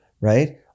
right